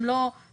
הן לא מצולמות.